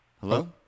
hello